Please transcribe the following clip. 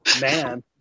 Man